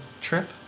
trip